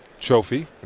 trophy